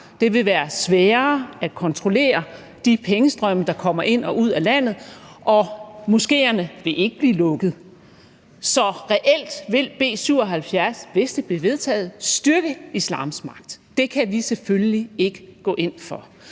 Det vil være sværere at kontrollere de pengestrømme, der kommer ind og ud af landet, og moskeerne vil ikke blive lukket. Så reelt vil B 77, hvis det bliver vedtaget, styrke islams magt. Det kan vi selvfølgelig ikke gå ind for.